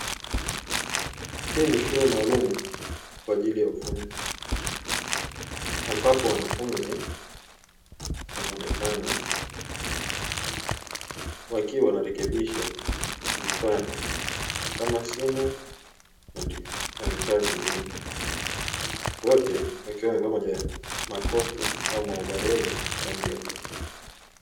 Hii ni shule maalumu kwa ajili ya ufundi, ambapo wanafunzi wanaonekana wakiwa wanarekebisha vifaa kama simu na vifaa vingine. Wote wakiwa wamevaa makoti au maovaroli ya rangi ya bluu.